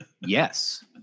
Yes